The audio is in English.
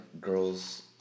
girls